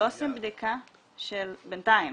בינתיים,